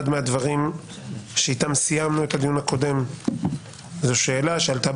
אחד הדברים שאיתם סיימנו את הדיון הקודם זאת שאלה שעלתה,